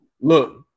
Look